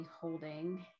holding